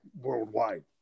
worldwide